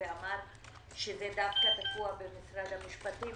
ואמר שזה תקוע במשרד המשפטים,